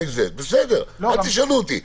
בסדר, אל תשאלו אותי.